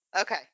okay